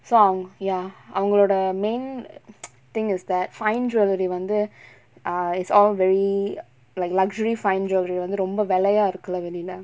so அவங்க:avanga ya அவங்களோட:avangaloda main thing is that fine jewellery வந்து:vanthu err it's all very like luxury fine jewellery வந்து ரொம்ப வெலயா இருக்குல வெளில:vanthu romba velayaa irukkula velila